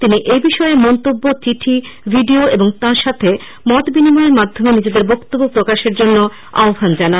তিনি এ বিষয়ে মন্তব্য চিঠি ভিডিও এবং তাঁর সাথে মত বিনিময়ের মাধ্যমে নিজেদের বক্তব্য প্রকাশের জন্য আহ্বান জানালেন